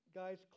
guys